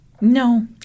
No